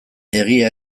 egia